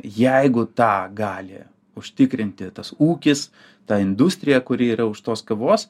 jeigu tą gali užtikrinti tas ūkis ta industrija kuri yra už tos kavos